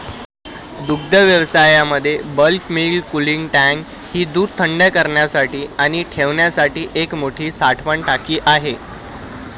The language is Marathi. दुग्धव्यवसायामध्ये बल्क मिल्क कूलिंग टँक ही दूध थंड करण्यासाठी आणि ठेवण्यासाठी एक मोठी साठवण टाकी आहे